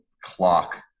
clock